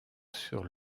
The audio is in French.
sur